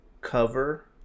cover